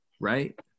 right